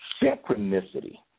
Synchronicity